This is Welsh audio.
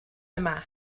yma